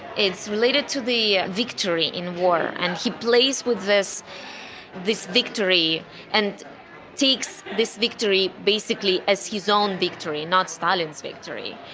it's related to the victory in war. and he plays with this this victory and seeks this victory basically as his own victory, not stalin's victory.